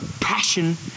passion